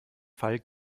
fall